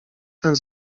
ten